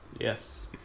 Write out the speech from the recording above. Yes